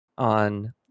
on